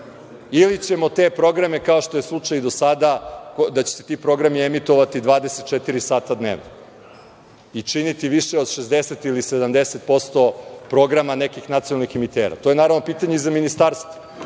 ili ćemo te programe kao što je slučaj do sada da će se ti programi emitovati 24 sata dnevno i činiti više od 60 ili 70% programa nekih nacionalnih emitera. To je naravno i pitanje za ministarstvo.